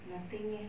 nothing eh